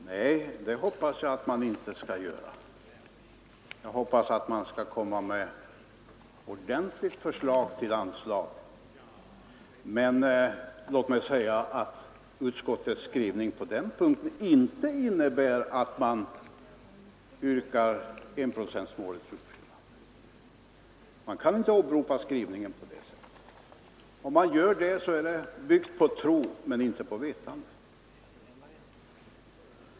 Nej, det hoppas jag att man inte gör utan att man lägger fram förslag om ordentliga anslag. Men låt mig säga att utskottets skrivning på den punkten innebär inte något yrkande om uppfyllande av enprocentsmålet. Skrivningen kan inte tolkas på det sättet. Om man gör det, så bygger man på tro, inte på vetande.